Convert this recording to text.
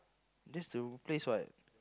that's the place what